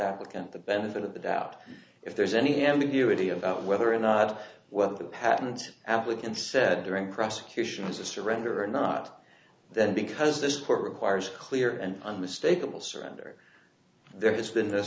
applicant the benefit of the doubt if there's any ambiguity about whether or not whether the patent applicant said during prosecution is a surrender or not then because this court requires a clear and unmistakable surrender there has been th